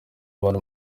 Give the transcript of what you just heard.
abantu